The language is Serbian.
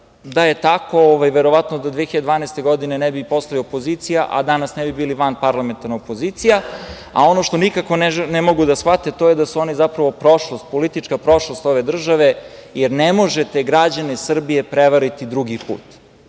Da je tako, verovatno da 2012. godine ne bi postali opozicija, a danas ne bi bili vanparlamentarna opozicija. Ono što nikako ne mogu da shvate to je da su oni zapravo prošlost, politička prošlost ove države, jer ne možete građane Srbije prevariti drugi put.